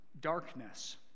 darkness